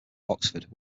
oxford